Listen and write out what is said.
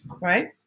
right